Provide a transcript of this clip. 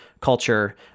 culture